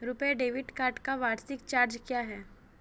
RuPay debit card का वार्षिक charge क्या है?